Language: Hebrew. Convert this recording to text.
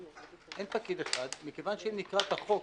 אין פקיד אחד, מכיוון שאם נקרא את החוק,